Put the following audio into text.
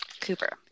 cooper